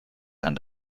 and